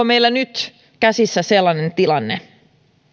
meillä nyt käsissä sellainen tilanne